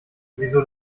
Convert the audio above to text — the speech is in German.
wieso